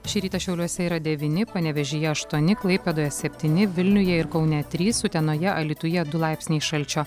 šį rytą šiauliuose yra devyni panevėžyje aštuoni klaipėdoje septyni vilniuje ir kaune trys utenoje alytuje du laipsniai šalčio